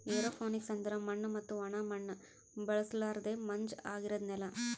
aeroponics ಅಂದುರ್ ಮಣ್ಣು ಮತ್ತ ಒಣ ಮಣ್ಣ ಬಳುಸಲರ್ದೆ ಮಂಜ ಆಗಿರದ್ ನೆಲ